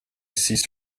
ceased